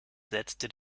setzte